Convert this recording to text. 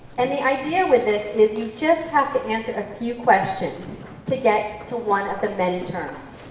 and the idea with this is you just have to answer a few questions to get to one of the many terms.